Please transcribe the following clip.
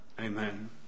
Amen